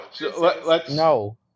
No